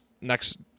next